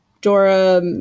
Dora